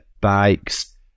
bikes